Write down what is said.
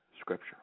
scripture